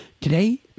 Today